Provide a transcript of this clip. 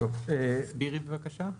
תסבירי בבקשה.